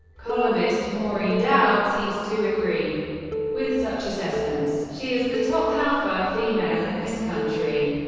columnist maureen dowd seems to agree with such assessments she is the top alpha female in this country.